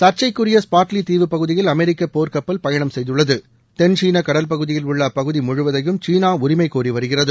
சர்ச்சைக்குரிய ஸ்பார்ட்லி தீவுப் பகுதியில் அமெரிக்க போர் கப்பல் பயணம் செய்துள்ளது தென்சீன கடல் பகுதியில் உள்ள அப்பகுதி முழுவதையும் சீனா உரிமை கோரி வருகிறது